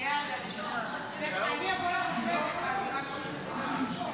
להעביר את הצעת חוק הממשלה (תיקון מספר 14)